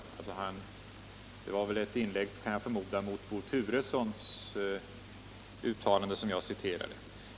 Jag förmodar att det var ett inlägg mot Bo Turessons av mig citerade uttalande.